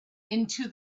into